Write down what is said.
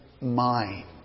mind